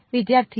વિદ્યાર્થી g